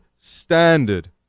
standard